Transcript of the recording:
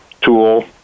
tool